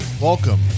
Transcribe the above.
welcome